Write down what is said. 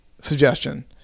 suggestion